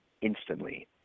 instantly